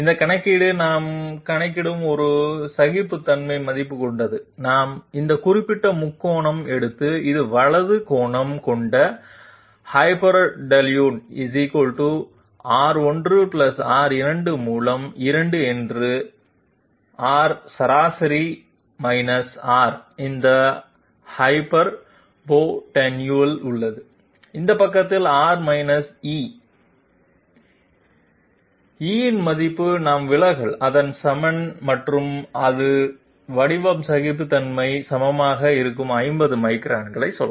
இந்த கணக்கீடு நாம் கணக்கீடு ஒரு சகிப்புத்தன்மை மதிப்பு கொண்டு நாம் இந்த குறிப்பிட்ட முக்கோணம் எடுத்து இது வலது கோணம் கொண்ட ஹைப்போடென்யூஸ் R1 R2 மூலம் 2 என்று ஆர் சராசரி ஆர் இந்த ஹைப்போடென்யூஸ் உள்ளது இந்த பக்கத்தில் ஆர் இ மின் மதிப்பு நாம் விலகல் அதை சமன் மற்றும் அது வடிவம் சகிப்புத்தன்மை சமமாக இருக்கும் 50 மைக்ரான் சொல்ல